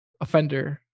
offender